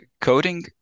coding